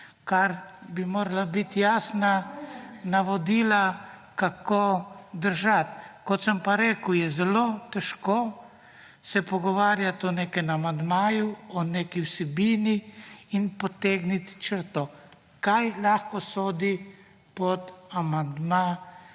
kar bi morala biti jasna navodila, kako držati. Kot sem pa rekel, se je zelo težko pogovarjati o nekem amandmaju, o neki vsebini in potegniti črto, kaj lahko sodi pod amandma